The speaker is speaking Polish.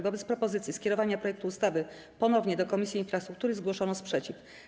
Wobec propozycji skierowania projektu ustawy ponownie do Komisji Infrastruktury zgłoszono sprzeciw.